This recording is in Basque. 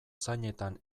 zainetan